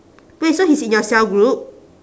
wait so he's in your cell group